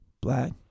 black